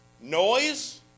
Noise